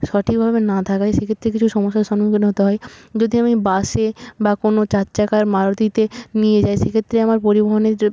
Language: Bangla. সঠিকভাবে না থাকায় সেক্ষেত্রে কিছু সমস্যার সম্মুখীন হতে হয় যদি আমি বাসে বা কোনো চার চাকার মারুতিতে নিয়ে যাই সেক্ষেত্রে আমার পরিবহণের